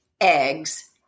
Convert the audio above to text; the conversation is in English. eggs